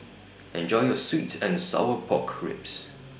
Enjoy your Sweet and Sour Pork Ribs